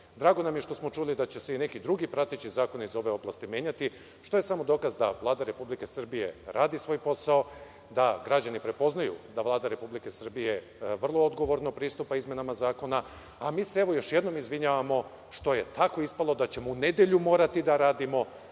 nam je što smo čuli da će se i neki drugi prateći zakoni iz ove oblasti menjati što je samo dokaz da Vlada Republike Srbije radi svoj posao, da građani prepoznaju da Vlada Republike Srbije vrlo odgovorno pristupa izmenama zakona. Mi se još jednom evo izvinjavamo što je tako ispalo da ćemo u nedelju morati da radimo.